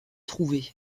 trouvé